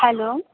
hello